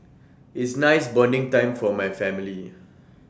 is nice bonding time for my family